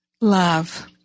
Love